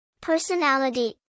Personality